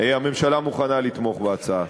הממשלה מוכנה לתמוך בהצעה.